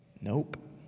Nope